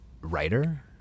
writer